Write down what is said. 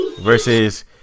versus